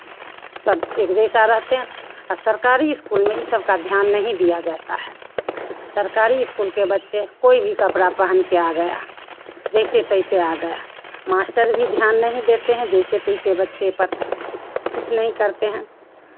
सब एक जैसा रहते हैं आ सरकारी स्कूल में ई सबका ध्यान नहीं दिया जाता है सरकारी स्कूल के बच्चे कोई भी कपड़ा पहन के आ गया जैसे तैसे आ गया मास्टर भी ध्यान नहीं देते हैं जैसे तैसे बच्चे पर कुछ नहीं करते हैं